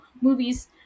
movies